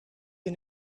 you